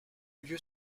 lieu